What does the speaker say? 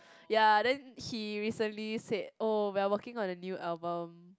ya then he recently said oh we are working on a new album